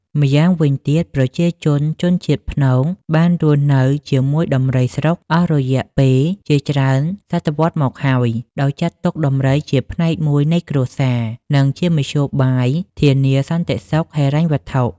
ម្យ៉ាងវិញទៀត ប្រជាជនជនជាតិភ្នងបានរស់នៅជាមួយដំរីស្រុកអស់រយៈពេលជាច្រើនសតវត្សមកហើយ ដោយចាត់ទុកដំរីជាផ្នែកមួយនៃគ្រួសារ និងជាមធ្យោបាយធានាសន្តិសុខហិរញ្ញវត្ថុ។